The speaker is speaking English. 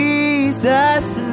Jesus